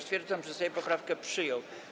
Stwierdzam, że Sejm poprawkę przyjął.